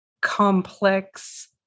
complex